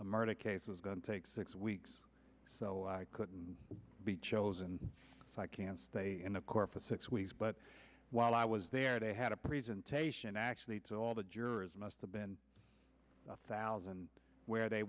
a murder case was going to take six weeks so i couldn't be chosen so i can stay in the court for six weeks but while i was there they had a presentation actually to all the jurors must have been a thousand where they